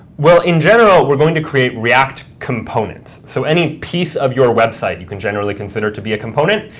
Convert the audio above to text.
well, in general, we're going to create react components. so any piece of your website you can generally consider to be a component,